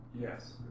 yes